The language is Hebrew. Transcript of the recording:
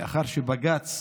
לאחר שבג"ץ,